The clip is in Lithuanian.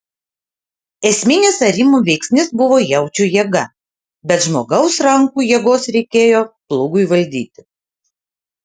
esminis arimo veiksnys buvo jaučių jėga bet žmogaus rankų jėgos reikėjo plūgui valdyti